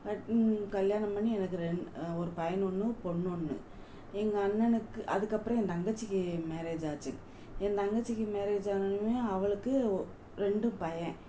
cut கல்யாணம் பண்ணி எனக்கு ரெண்டு ஒரு பையன் ஒன்று பொண்ணொன்று எங்கள் அண்ணனுக்கு அதுக்கப்புறம் என் தங்கச்சிக்கு மேரேஜ் ஆச்சு என் தங்கச்சிக்கு மேரேஜ் ஆனோடன்னையுமே அவளுக்கு ஒ ரெண்டும் பையன்